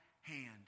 hand